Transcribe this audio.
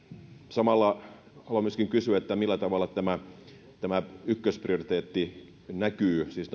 samalla haluan myöskin kysyä millä tavalla tämä tämä ykkösprioriteetti siis